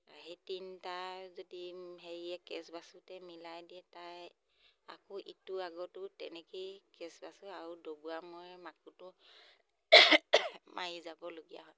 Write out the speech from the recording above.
সেই তিনিটা যদি হেৰিয়ে কেচ বাচোঁতে মিলাই দিয়ে তাই আকৌ ইটো আগতো তেনেকৈয়ে কেচ বাচোঁ আৰু ডবোৱা মই মাকোটো মাৰি যাবলগীয়া হয়